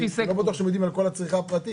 אני לא בטוח שהם יודעים על כל הצריכה הפרטית